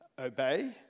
obey